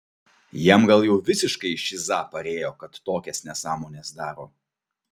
jam gal jau visiškai šiza parėjo kad tokias nesąmones daro